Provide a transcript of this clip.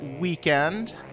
weekend